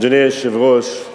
איך אומרים "עצמאות"